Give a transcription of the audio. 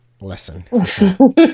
lesson